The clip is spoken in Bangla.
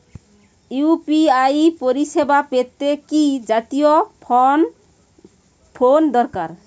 ইউ.পি.আই পরিসেবা পেতে কি জাতীয় ফোন দরকার?